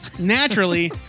Naturally